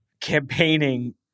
campaigning